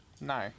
No